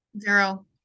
Zero